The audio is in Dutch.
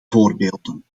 voorbeelden